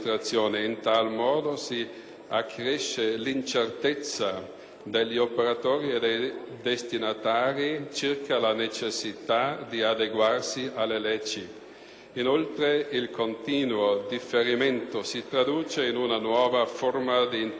accresce l'incertezza degli operatori e dei destinatari circa la necessità di adeguarsi alle leggi. Inoltre, il continuo differimento si traduce in una nuova forma di intervento legislativo.